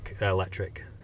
Electric